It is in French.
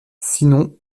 sinon